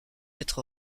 être